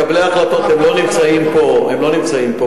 מקבלי ההחלטות לא נמצאים פה בכנסת.